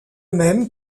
même